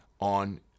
on